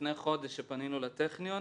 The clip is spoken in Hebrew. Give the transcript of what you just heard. לפני חודש כשפנינו לטכניון,